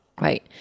right